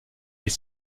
est